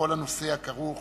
בכל הנושא הכרוך